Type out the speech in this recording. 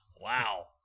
Wow